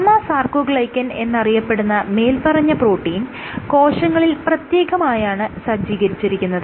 gamma sarcoglycan എന്നറിയപ്പെടുന്ന മേല്പറഞ്ഞ protein കോശങ്ങളിൽ പ്രത്യേകമായാണ് സജ്ജീകരിച്ചിരിക്കുന്നത്